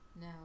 no